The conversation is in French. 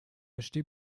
acheté